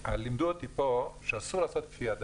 לימדו אותי פה שאסור לעשות כפייה דתית.